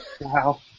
wow